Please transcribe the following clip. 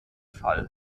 fall